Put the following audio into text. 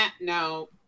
no